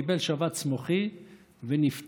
קיבל שבץ מוחי ונפטר